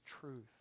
truth